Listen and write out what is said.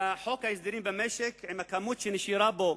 חוק ההסדרים במשק, עם הכמות שנשארה בו,